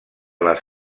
les